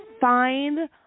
find